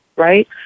Right